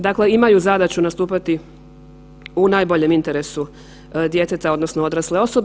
Dakle, imaju zadaću nastupati u najboljem interesu djeteta odnosno odrasle osobe.